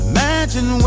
Imagine